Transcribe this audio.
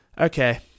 Okay